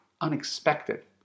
unexpected